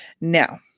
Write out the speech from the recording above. Now